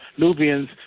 Nubians